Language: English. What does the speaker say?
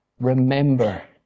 remember